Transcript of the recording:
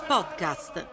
Podcast